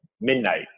midnight